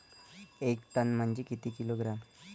एक टन म्हनजे किती किलोग्रॅम?